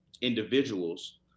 individuals